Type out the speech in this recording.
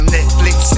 Netflix